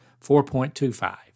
4.25